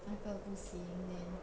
那个不行 then